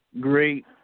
great